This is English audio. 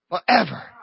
forever